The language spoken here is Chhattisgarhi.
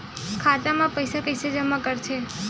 खाता म पईसा कइसे जमा करथे?